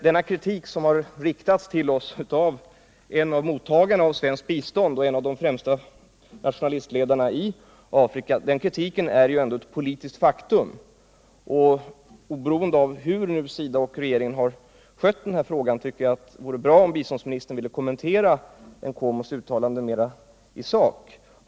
Denna kritik, som riktats mot oss av en av mottagarna av svenskt bistånd och från en av de främsta nationalistledarna i Afrika, är ändå ett politiskt faktum. Oberoende av hur SIDA och regeringen skött denna fråga vore det bra, om biståndsministern ville kommentera Nkomos uttalande i sak.